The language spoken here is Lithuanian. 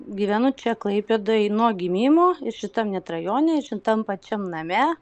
gyvenu čia klaipėdoj nuo gimimo ir šitam net rajone šitam pačiam name